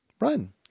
Run